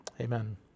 Amen